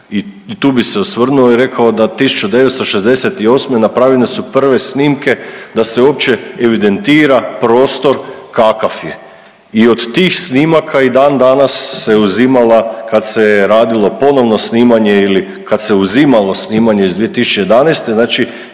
i tu bi se osvrnuo i rekao da 1968. napravljene su prve snimke da se uopće evidentira prostor kakav je i od tih snimaka i dan danas se uzimala kad se je radilo ponovno snimanje ili kad se uzimalo snimanje iz 2011., znači